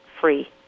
free